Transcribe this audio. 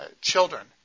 children